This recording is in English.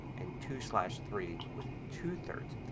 and two slash three with two three.